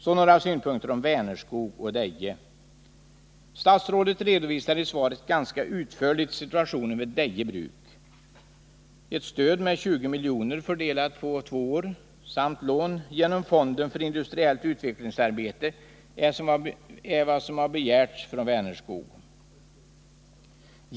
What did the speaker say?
Så några synpunkter på Vänerskog och Deje. Statsrådet redovisade i svaret ganska utförligt situationen vid Deje Bruk. Ett stöd med 20 miljoner fördelat på två år samt lån från Fonden för industriellt utvecklingsarbete är vad som har begärts av Vänerskog.